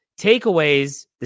takeaways